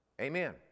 Amen